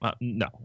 No